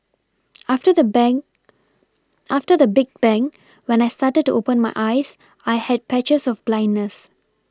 after the bang after the big bang when I started to open my eyes I had patches of blindness